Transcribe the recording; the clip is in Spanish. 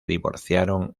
divorciaron